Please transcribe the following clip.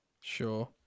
Sure